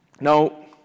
Now